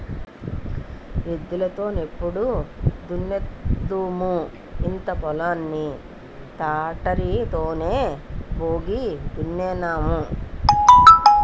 ఎద్దులు తో నెప్పుడు దున్నుదుము ఇంత పొలం ని తాటరి తోనే బేగి దున్నేన్నాము